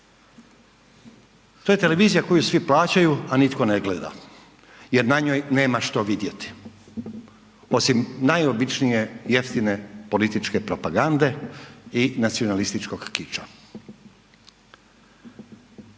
To je televizija koju svi plaćaju a nitko ne gleda jer na njoj nema što vidjeti. Osim najobičnije, jeftine političke propagande i nacionalističkog kiča.